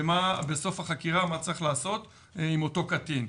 ובסוף החקירה מה צריך לעשות עם אותו קטין.